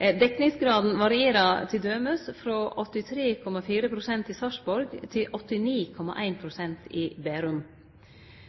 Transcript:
Dekningsgraden varierer t.d. frå 83,4 pst. i Sarpsborg til